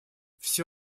все